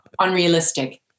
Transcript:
unrealistic